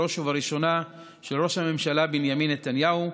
בראש ובראשונה של ראש הממשלה בנימין נתניהו,